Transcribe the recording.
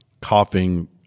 coughing